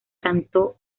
cantó